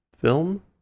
film